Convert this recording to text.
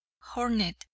hornet